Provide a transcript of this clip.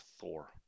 Thor